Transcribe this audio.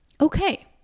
Okay